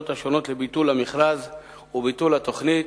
השונות לביטול המכרז ולביטול התוכנית.